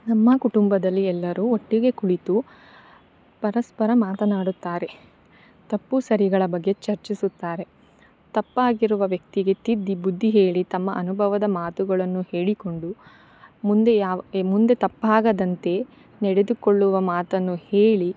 ನಮ್ಮ ಕುಟುಂಬದಲ್ಲಿ ಎಲ್ಲರೂ ಒಟ್ಟಿಗೆ ಕುಳಿತು ಪರಸ್ಫರ ಮಾತನಾಡುತ್ತಾರೆ ತಪ್ಪು ಸರಿಗಳ ಬಗ್ಗೆ ಚರ್ಚಿಸುತ್ತಾರೆ ತಪ್ಪಾಗಿರುವ ವ್ಯಕ್ತಿಗೆ ತಿದ್ದಿ ಬುದ್ದಿ ಹೇಳಿ ತಮ್ಮ ಅನುಭವದ ಮಾತುಗಳನ್ನು ಹೇಳಿಕೊಂಡು ಮುಂದೆ ಯಾವ ಏ ಮುಂದೆ ತಪ್ಪಾಗದಂತೆ ನಡೆದುಕೊಳ್ಳುವ ಮಾತನ್ನು ಹೇಳಿ